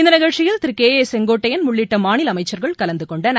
இந்த நிகழ்ச்சியில் திரு கே ஏ செங்கோட்டையன் உள்ளிட்ட மாநில அமைச்சர்கள் கலந்துகொண்டனர்